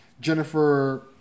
Jennifer